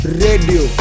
radio